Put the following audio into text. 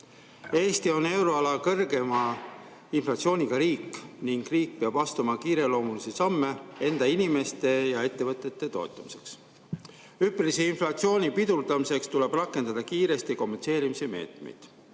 Eesti on euroala kõrgeima inflatsiooniga riik ning riik peab astuma kiireloomulisi samme enda inimeste ja ettevõtete toetamiseks. Hüppelise inflatsiooni pidurdamiseks tuleb rakendada kiiresti kompenseerimise meetmeid.